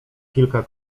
kilka